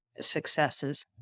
successes